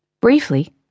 Briefly